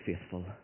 faithful